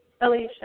Alicia